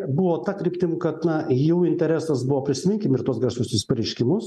buvo ta kryptim kad na jų interesas buvo prisiminkim ir tuos garsiuosius pareiškimus